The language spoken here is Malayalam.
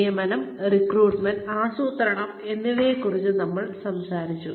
നിയമനം റിക്രൂട്ട്മെന്റ് ആസൂത്രണം എന്നിവയെക്കുറിച്ച് ഞങ്ങൾ സംസാരിച്ചു